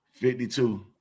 52